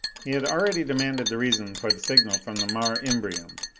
he had already demanded the reason for the signal from the mare imbrium.